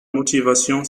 motivation